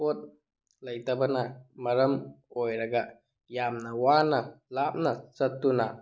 ꯄꯣꯠ ꯂꯩꯇꯕꯅ ꯃꯔꯝ ꯑꯣꯏꯔꯒ ꯌꯥꯝꯅ ꯋꯥꯅ ꯂꯥꯞꯅ ꯆꯠꯇꯨꯅ